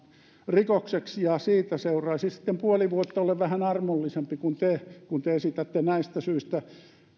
rikokseksi ja siitä seuraisi sitten puoli vuotta olen vähän armollisempi kuin te kun te esitätte näistä syistä